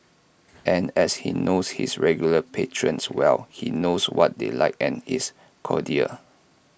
and as he knows his regular patrons well he knows what they like and is cordial